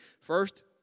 First